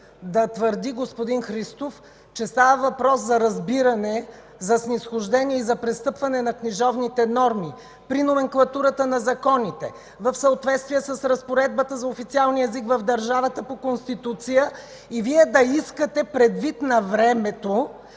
да твърди господин Христов, че става въпрос за разбиране, за снизхождение и за престъпване на книжовните норми при номенклатурата на законите в съответствие с разпоредбата за официалния език в държавата по Конституция и Вие да искате предвид на времето